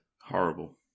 Horrible